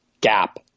Gap